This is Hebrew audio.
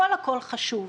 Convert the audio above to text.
הכול הכול חשוב.